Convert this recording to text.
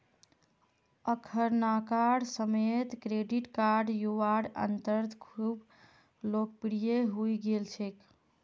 अखनाकार समयेत credit card युवार अंदरत खूब लोकप्रिये हई गेल छेक